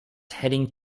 heading